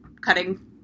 cutting